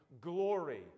glory